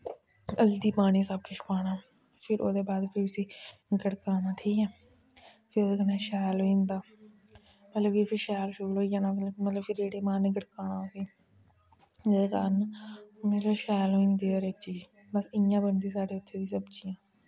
हल्दी पानी सब किश पाना फिर ओह्दे बाद फ्ही उसी गड़काना ठीक ऐ फ्ही ओह्दे कन्नै शैल होेई जंदा मतलब कि फ्ही शैल शूल होई जाना मतलब उसी रेह्ड़े मारने गड़काना उसी जेह्दे कारण मतलब शैल होई जंदी ओह् चीज़ बस इ'यां गै बनदी साढ़े इत्थें दी सब्जी